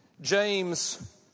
James